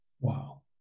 Wow